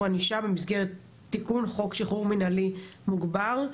ענישה במסגרת תיקון חוק שחרור מינהלי מוגבר,